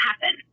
happen